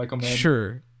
sure